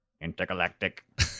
Intergalactic